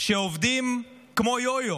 שעובדים כמו יו-יו: